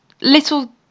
little